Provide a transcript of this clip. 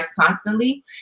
constantly